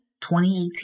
2018